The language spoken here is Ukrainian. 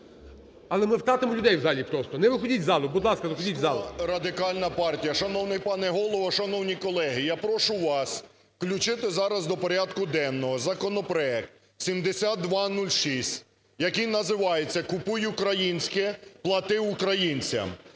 Але ми втратимо людей в залі просто. Не виходіть з залу, будь ласка, не виходіть із залу. 13:19:28 ЛЯШКО О.В. Ляшко, Радикальна партія. Шановний пане Голово, шановні колеги, я прошу вас включити зараз до порядку денного законопроект 7206, який називається: купуй українське – плати українцям.